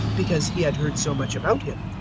because he had heard so much about him.